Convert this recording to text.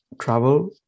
travel